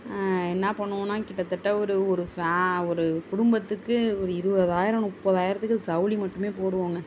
என்ன பண்ணுவோம்னா கிட்டத்தட்ட ஒரு ஒரு ஃபே ஒரு குடும்பத்துக்கு ஒரு இருபதாயிரம் முப்பதாயிரத்துக்கு ஜவுளி மட்டுமே போடுவோங்க